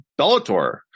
Bellator